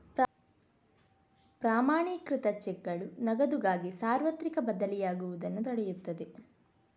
ಪ್ರಮಾಣೀಕೃತ ಚೆಕ್ಗಳು ನಗದುಗಾಗಿ ಸಾರ್ವತ್ರಿಕ ಬದಲಿಯಾಗುವುದನ್ನು ತಡೆಯುತ್ತದೆ